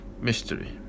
mystery